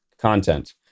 content